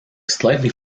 slightly